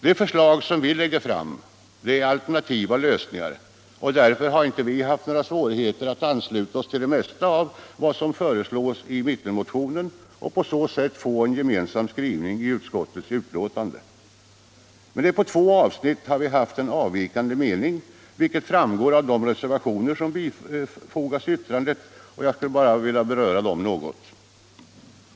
De förslag som vi lägger fram är alternativa lösningar, och därför har vi inte haft några svårigheter att ansluta oss till det mesta av vad som föreslås i mittenmotionen och på så sätt få en gemensam skrivning i finansutskottets betänkande. Men i två avsnitt har vi haft en avvikande mening, vilket framgår av de reservationer som bifogats betänkandet. Jag skulle vilja beröra dem något.